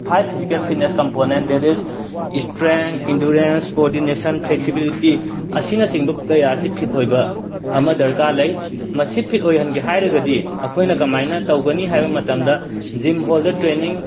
five physical fitness component that is strength endurance coordination flexibility ꯑꯁꯤꯅꯆꯤꯡꯕ ꯀꯌꯥ ꯑꯁꯤ fit ꯑꯣꯏꯕ ꯑꯃ ꯗꯔꯀꯥꯔ ꯂꯩ ꯃꯁꯤ ꯐꯤꯠ ꯑꯣꯏꯍꯟꯒꯦ ꯍꯥꯏꯔꯒꯗꯤ ꯑꯩꯈꯣꯏꯅ ꯀꯃꯥꯏꯅ ꯇꯧꯒꯅꯤ ꯍꯥꯏꯕ ꯃꯇꯝꯗ ꯖꯤꯝ ꯍꯣꯜꯗ ꯇ꯭ꯔꯦꯟꯅꯤꯡ